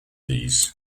fees